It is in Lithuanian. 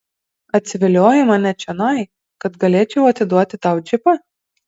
atsiviliojai mane čionai kad galėčiau atiduoti tau džipą